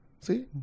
See